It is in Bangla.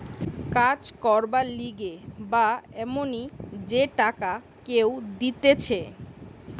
কাজ করবার লিগে বা এমনি যে টাকা কেউ দিতেছে